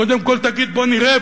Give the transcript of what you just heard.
קודם כול תגיד: בואו נראה,